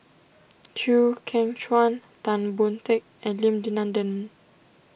Chew Kheng Chuan Tan Boon Teik and Lim Denan Denon